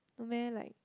no meh like